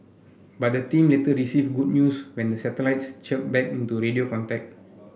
but the team later received good news when the satellites chirped back into radio contact